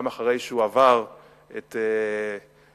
גם אחרי שהוא עבר את הגיל,